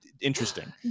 interesting